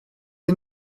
est